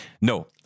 No